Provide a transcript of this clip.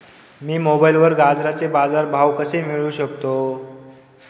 मी मोबाईलवर गाजराचे बाजार भाव कसे मिळवू शकतो?